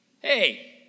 Hey